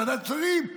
לוועדת שרים,